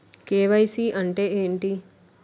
KYC అంటే ఏంటి?